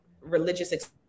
religious